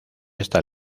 esta